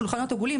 שולחנות עגולים.